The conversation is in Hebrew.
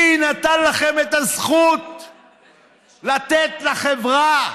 מי נתן לכם את הזכות לתת לחברה,